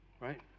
Right